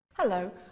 Hello